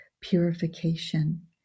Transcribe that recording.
purification